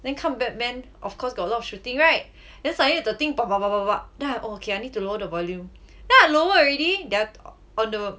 then 看 batman of course got lot of shooting right then suddenly the thing then I orh okay I need to lower the volume then I lower already then on the